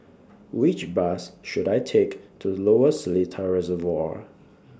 Which Bus should I Take to Lower Seletar Reservoir